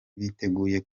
biteguye